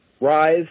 rise